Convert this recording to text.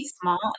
small